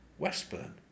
Westburn